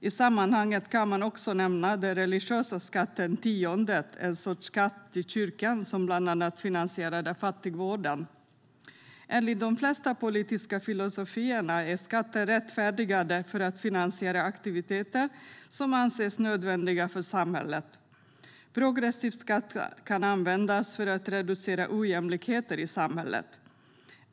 I sammanhanget kan man också nämna den religiösa skatten tiondet, en sorts skatt till kyrkan som bland annat finansierade fattigvården. Enligt de flesta politiska filosofierna är skatter rättfärdigade för att finansiera aktiviteter som anses nödvändiga för samhället. Progressiv skatt kan användas för att reducera ojämlikheter i samhället.